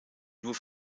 nur